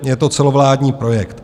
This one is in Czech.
Je to celovládní projekt.